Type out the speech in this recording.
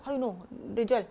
how you know dia jual